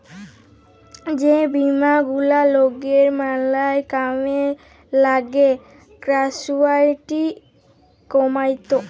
যে বীমা গুলা লকের ম্যালা কামে লাগ্যে ক্যাসুয়ালটি কমাত্যে